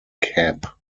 cap